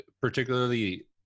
particularly